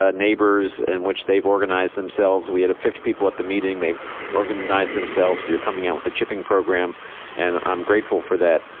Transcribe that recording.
ah neighbors, in which they've organized themselves. we had fifty people at the meeting, they've organized themselves. you're coming out with the chipping program and i'm grateful for that.